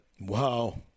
Wow